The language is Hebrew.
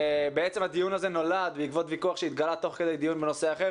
בעצם הדיון הזה נולד בעקבות ויכוח שהתגלה תוך כדי דיון בנושא אחר,